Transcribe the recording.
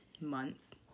month